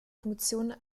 funktion